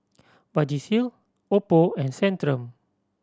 Vagisil Oppo and Centrum